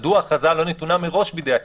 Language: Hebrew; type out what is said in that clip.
הן מדוע ההכרזה לא נתונה מראש בידי הכנסת.